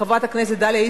חברת הכנסת דליה איציק,